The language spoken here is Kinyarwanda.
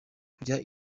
kujya